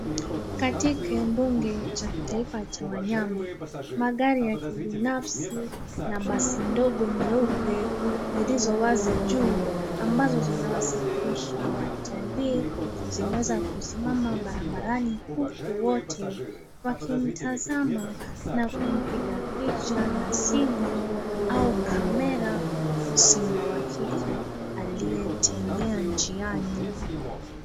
Katika mbuga cha kitaifa ya wanyama, magari ya kibinafsi na basi ndogo nyeupe zilizo wazi juu; ambazo zinawasafirisha watalii, zimeweza kusimama barabarani, huku wote wakimtazama na kumpiga picha na simu au kamera, simba wa kike aliyetembea njiani.